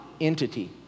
entity